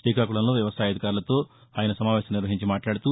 తీకాకుళంలో వ్యవసాయ అధికారులతో నిన్న ఆయన సమావేశం నిర్వహిచి మాట్లాడుతూ